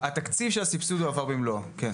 התקציב של הסבסוד הועבר במלואו, כן.